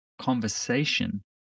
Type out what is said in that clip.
conversation